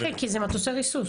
כן כי זה מטוסי ריסוס.